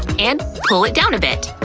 and pull it down a bit.